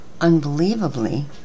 unbelievably